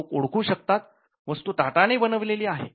लोकं ओळखू शकतात वस्तू टाटा ने बनवलेली आहे